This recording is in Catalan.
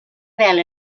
vela